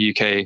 UK